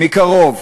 מקרוב,